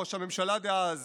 ראש הממשלה דאז,